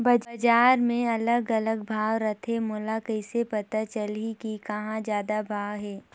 बजार मे अलग अलग भाव रथे, मोला कइसे पता चलही कि कहां जादा भाव हे?